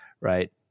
right